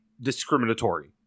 discriminatory